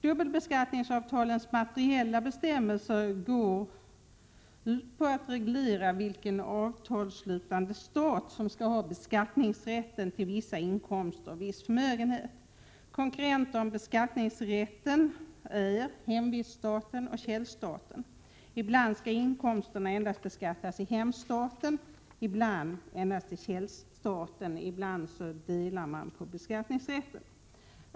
Dubbelbeskattningsavtalens materiella bestämmelser går ut på att reglera vilken avtalsslutande stat som skall ha beskattningsrätten till vissa inkomster och till viss förmögenhet. Konkurrenter om beskattningsrätten är hemviststaten och källstaten. Ibland skall inkomsterna endast beskattas i hemstaten, ibland endast i källstaten. Ibland delar man emellertid på beskattningsrätten.